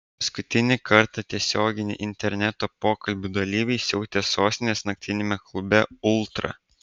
paskutinį kartą tiesioginių interneto pokalbių dalyviai siautė sostinės naktiniame klube ultra